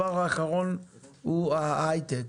ההיי-טק.